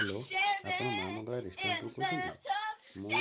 hello ଆପଣ ମାଁ Mangala restaurant ରୁ କହୁଛନ୍ତି ମୁଁ